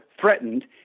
threatened